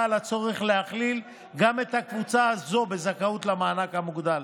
על הצורך להכליל גם את הקבוצה הזאת בזכאות למענק המוגדל,